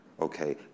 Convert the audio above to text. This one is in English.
okay